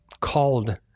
called